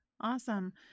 Awesome